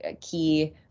key